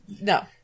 No